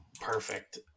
Perfect